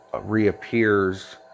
reappears